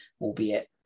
albeit